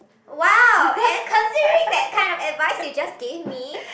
!wow! am considering that kind of advice you just give me